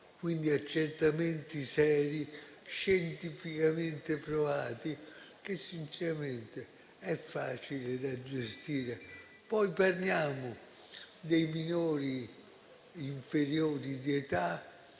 di accertamenti seri, scientificamente provati, che sinceramente sono facili da gestire. Poi, per i minori inferiori di età,